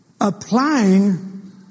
applying